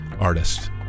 artist